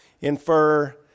infer